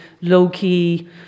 low-key